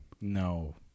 No